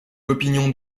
l’opinion